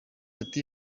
ati